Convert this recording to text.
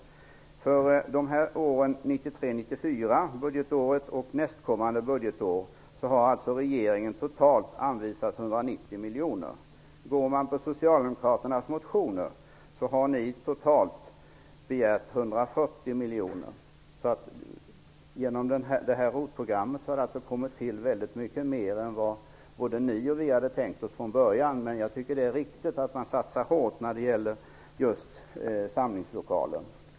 För budgetåret 1993/94 och nästkommande budgetår har regeringen totalt anvisat 190 miljoner. Enligt Socialdemokraternas motioner har ni totalt begärt 140 miljoner. Genom detta ROT-program har tillkommit väldigt mycket mer än vad både ni och vi hade tänkt oss från början. Men jag tycker det är riktigt att man satsar hårt när det gäller just samlingslokaler.